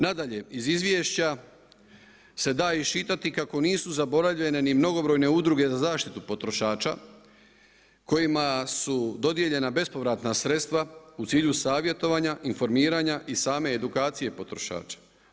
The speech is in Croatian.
Nadalje, iz izvješća se da iščitati kako nisu zaboravljene ni mnogobrojne udruge za zaštitu potrošača kojima su dodijeljena bespovratna sredstva u cilju savjetovanja, informiranja i same edukacije potrošača.